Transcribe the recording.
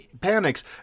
panics